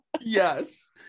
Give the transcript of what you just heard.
Yes